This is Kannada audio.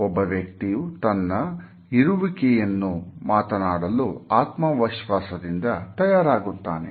ಒಬ್ಬ ವ್ಯಕ್ತಿಯು ತನ್ನ ಇರುವಿಕೆಯ ಬಗ್ಗೆ ಮಾತನಾಡಲು ಆತ್ಮವಿಶ್ವಾಸದಿಂದ ತಯಾರಾಗುತ್ತಾನೆ